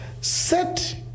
Set